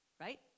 right